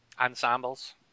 Ensembles